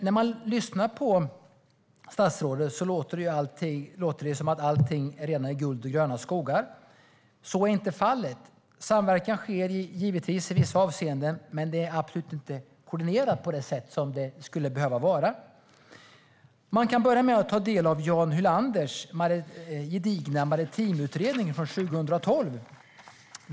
När man lyssnar på statsrådet låter det som att allt redan är guld och gröna skogar. Så är inte fallet. Samverkan sker givetvis i vissa avseenden, men den är absolut inte koordinerad på det sätt som den skulle behöva vara. Man kan börja med att ta del av Jan Hyllanders gedigna maritimutredning från 2012.